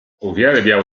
uwielbiał